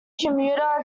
commuter